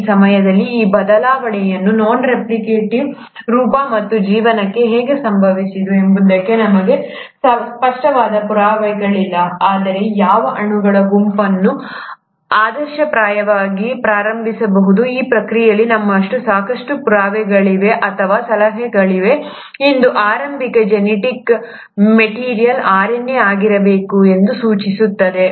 ಈ ಸಮಯದಲ್ಲಿ ಈ ಬದಲಾವಣೆಯು ನಾನ್ ರೆಪ್ಲಿಕೇಟಿವ್ ರೂಪ ಮತ್ತು ಜೀವನಕ್ಕೆ ಹೇಗೆ ಸಂಭವಿಸಿತು ಎಂಬುದಕ್ಕೆ ನಮಗೆ ಸ್ಪಷ್ಟವಾದ ಪುರಾವೆಗಳಿಲ್ಲ ಆದರೆ ಯಾವ ಅಣುಗಳ ಗುಂಪನ್ನು ಆದರ್ಶಪ್ರಾಯವಾಗಿ ಪ್ರಾರಂಭಿಸಬಹುದು ಈ ಪ್ರಕ್ರಿಯೆಯಲ್ಲಿ ನಮ್ಮಲ್ಲಿ ಸಾಕಷ್ಟು ಪುರಾವೆಗಳು ಅಥವಾ ಸಲಹೆಗಳಿವೆ ಇದು ಆರಂಭಿಕ ಜೆನೆಟಿಕ್ ಮೆಟೀರಿಯಲ್ RNA ಆಗಿರಬೇಕು ಎಂದು ಸೂಚಿಸುತ್ತದೆ